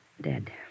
dead